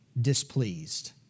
displeased